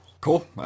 Cool